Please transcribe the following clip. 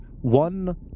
one